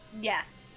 Yes